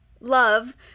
love